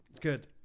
Good